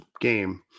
game